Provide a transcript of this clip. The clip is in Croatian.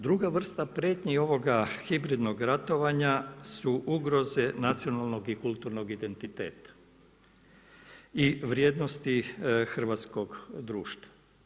Druga vrsta prijetnji i ovoga hibridnog ratovanja su ugroze nacionalnog i kulturnog identiteta i vrijednosti hrvatskog društva.